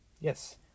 yes